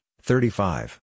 thirty-five